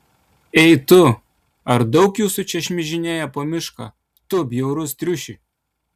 ei tu ar daug jūsų čia šmižinėja po mišką tu bjaurus triuši